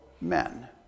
men